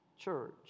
Church